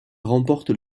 remporte